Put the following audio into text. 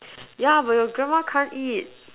yeah but your grandma can't eat